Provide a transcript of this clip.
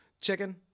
chicken